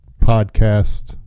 podcast